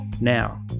Now